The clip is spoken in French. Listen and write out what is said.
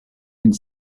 une